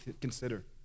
consider